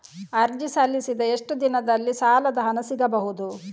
ಅರ್ಜಿ ಸಲ್ಲಿಸಿದ ಎಷ್ಟು ದಿನದಲ್ಲಿ ಸಾಲದ ಹಣ ಸಿಗಬಹುದು?